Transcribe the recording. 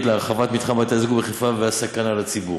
להרחבת מתחם בתי-הזיקוק בחיפה והסכנה לציבור.